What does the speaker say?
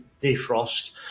defrost